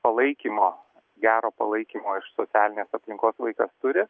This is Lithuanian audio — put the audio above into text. palaikymo gero palaikymo iš socialinės aplinkos vaikas turi